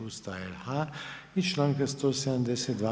Ustava RH i članka 172.